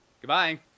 Goodbye